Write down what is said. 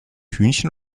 hühnchen